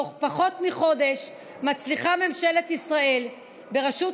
בתוך פחות מחודש מצליחה ממשלת ישראל בראשות